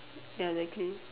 ya exactly